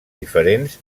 diferents